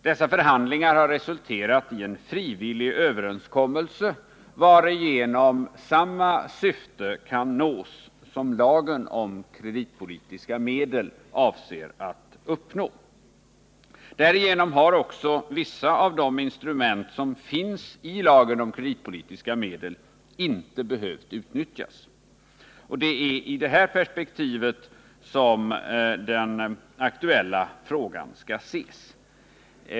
Dessa förhandlingar har resulterat i en frivillig överenskommelse, varigenom samma syfte kan uppnås som man avsett att uppnå med lagen om kreditpolitiska medel. Därigenom har också vissa av de instrument som anges i lagen om kreditpolitiska medel inte behövt utnyttjas. Det är i det här perspektivet som den aktuella frågan skall ses.